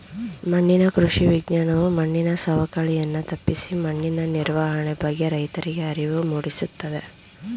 ಮಣ್ಣಿನ ಕೃಷಿ ವಿಜ್ಞಾನವು ಮಣ್ಣಿನ ಸವಕಳಿಯನ್ನು ತಪ್ಪಿಸಿ ಮಣ್ಣಿನ ನಿರ್ವಹಣೆ ಬಗ್ಗೆ ರೈತರಿಗೆ ಅರಿವು ಮೂಡಿಸುತ್ತದೆ